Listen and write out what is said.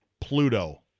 Pluto